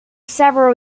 several